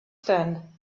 stand